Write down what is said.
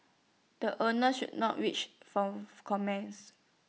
the owners not not reached for comments